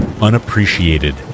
Unappreciated